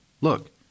Look